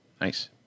Nice